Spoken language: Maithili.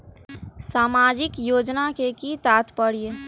सामाजिक योजना के कि तात्पर्य?